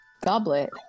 goblet